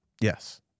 yes